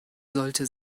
sollte